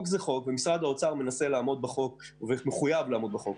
משרד האוצר מחויב לעמוד בחוק.